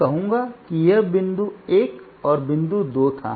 मैं कहूंगा कि यह बिंदु 1 और बिंदु 2 था